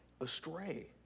astray